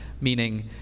meaning